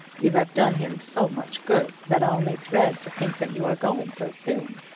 you have done him so much good that i only dread to think that you are going so soon.